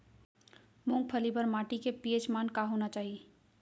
मूंगफली बर माटी के पी.एच मान का होना चाही?